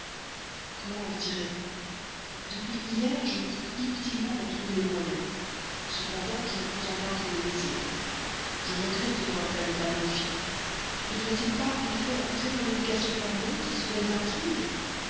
comment l'en tirer depuis hier je m'occupe inutilement d'en trouver les moyens cependant je ne peux en vaincre le désir je regrette de n'avoir pas le talent des filoux ne devrait-il pas en effet entrer dans l'éducation d'un homme qui se mêle d'intrigues